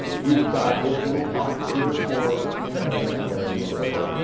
you've got this little pocket here for quite frankly, whatever you want to put there.